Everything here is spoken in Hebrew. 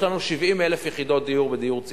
יש לנו 70,000 יחידות דיור בדיור ציבורי.